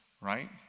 right